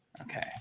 Okay